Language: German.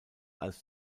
als